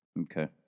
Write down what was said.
Okay